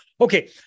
Okay